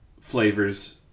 flavors